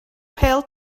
pêl